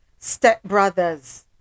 Stepbrothers